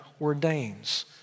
ordains